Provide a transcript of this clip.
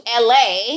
LA